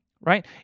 right